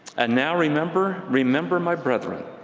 and now remember, remember, my brethren,